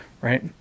Right